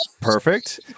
Perfect